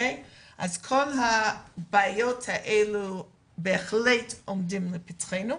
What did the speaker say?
כל הבעיות הללו בהחלט עומדות לפתחנו.